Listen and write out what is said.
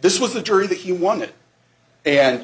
this was the jury that he wanted and